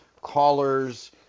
callers